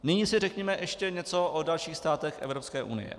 Nyní si řekněme ještě něco o dalších státech Evropské unie.